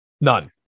None